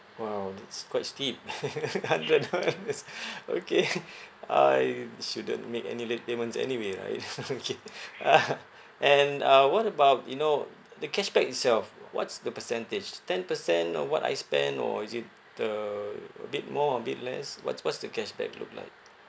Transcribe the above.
!wow! that's quite steep hundred dollars okay uh you shouldn't make any late payments anyway right okay uh and uh what about you know the cashback itself what's the percentage ten percent on what I spend or is it uh a bit more a bit less what's what's the cashback look like